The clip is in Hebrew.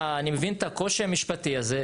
אני מבין את הקושי המשפטי הזה.